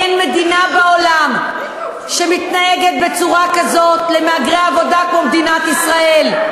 אין מדינה בעולם שמתנהגת למהגרי עבודה כמו מדינת ישראל.